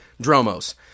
dromos